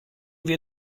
wir